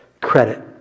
credit